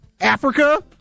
Africa